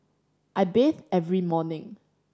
I bathe every morning